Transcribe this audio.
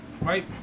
right